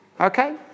Okay